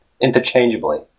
interchangeably